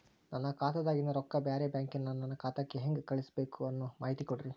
ನನ್ನ ಖಾತಾದಾಗಿನ ರೊಕ್ಕ ಬ್ಯಾರೆ ಬ್ಯಾಂಕಿನ ನನ್ನ ಖಾತೆಕ್ಕ ಹೆಂಗ್ ಕಳಸಬೇಕು ಅನ್ನೋ ಮಾಹಿತಿ ಕೊಡ್ರಿ?